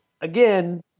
again